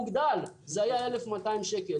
מוגדל זה היה 1,200 שקל.